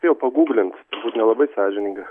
spėjau pagūglint turbūt nelabai sąžininga